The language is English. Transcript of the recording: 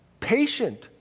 Patient